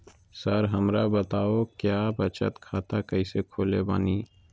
Sir हमरा बताओ क्या बचत खाता कैसे खोले बानी?